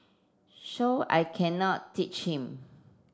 so I cannot teach him